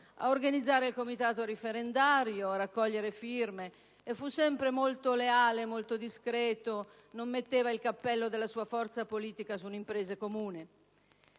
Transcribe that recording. ad organizzare il comitato referendario e a raccogliere firme. Fu sempre molto leale e molto discreto; non metteva il cappello della sua forza politica su un'impresa comune.